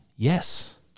Yes